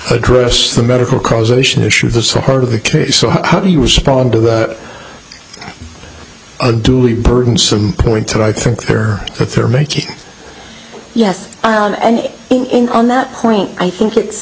address the medical causation issue the sort of the case so how do you respond to that a duly burdensome point that i think they're that they're making yes incan that point i think it's